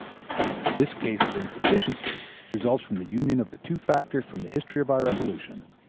this case of insufficiency results from the union of the two factors from the history of our evolution